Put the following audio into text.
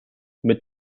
mit